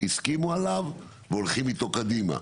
הסכימו עליו והולכים איתו קדימה.